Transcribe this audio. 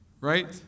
right